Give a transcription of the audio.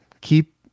keep